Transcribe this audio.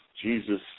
Jesus